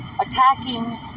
attacking